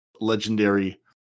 legendary